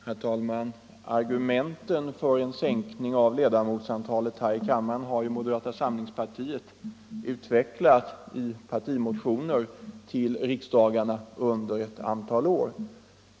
Herr talman! Argumenten för en sänkning av ledamotsantalet här i kammaren har moderata samlingspartiet utvecklat i partimotioner till riksdagarna under ett antal år.